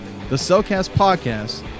thecellcastpodcast